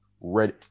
ready